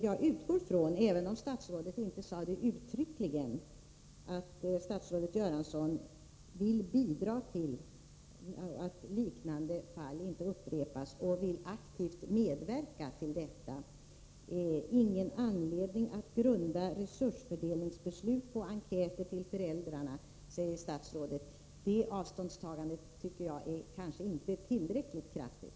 Jag utgår från, även om statsrådet inte sade det uttryckligen, att statsrådet vill medverka aktivt till att förhindra att liknande fall inträffar i fortsättningen. Det finns ”ingen anledning att grunda resursfördelningsbeslut på enkäter till föräldrar”, säger statsrådet. Jag tycker kanske att detta avståndstagande inte är tillräckligt kraftigt.